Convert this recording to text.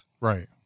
Right